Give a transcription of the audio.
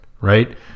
Right